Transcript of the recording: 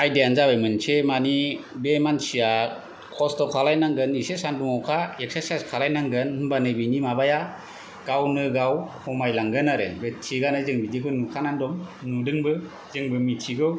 आयदायानो जाबाय मोनसे माने बे मानसिया खस्थ' खालायनांगोन एसे सान्दुं अखा एक्सेरसाइस खालामनांगोन होमबानो बेनि माबाया गावनो गाव खमायलांगोन आरो थिगानो जों बिदिखौ नुखाना दं नुदोंबो जोंबो मिन्थिगौ